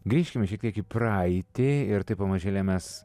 grįžkime šiek tiek į praeitį ir taip pamažėle mes